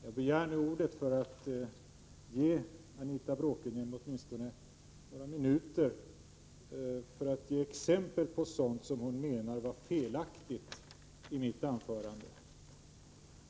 Jag begärde nu ordet för att ge Anita Bråkenhielm åtminstone några minuter för att ge exempel på sådant som hon menade var felaktigt i mitt anförande.